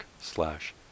slash